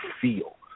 feel